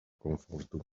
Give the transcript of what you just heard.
komfortu